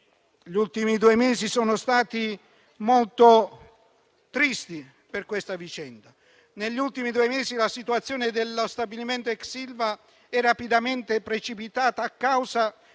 gli ultimi due mesi sono stati molto tristi per questa vicenda. Negli ultimi due mesi la situazione dello stabilimento ex Ilva è rapidamente precipitata a causa